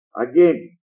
Again